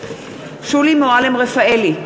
שולי מועלם-רפאלי,